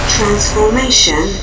Transformation